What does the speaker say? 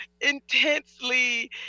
intensely